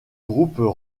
groupes